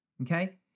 Okay